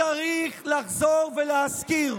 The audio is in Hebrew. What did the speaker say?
אז צריך לחזור ולהזכיר: